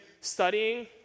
studying